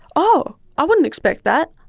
oh, i wouldn't expect that,